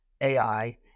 AI